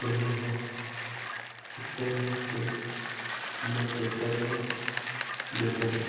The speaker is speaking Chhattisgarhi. रेहे हव चिक्कन ल तो मैय टेक्टर म दे परेंव